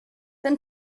ten